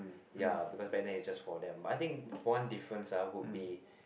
ya because back then is just for them but I think one difference ah would be